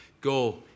go